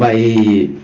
but a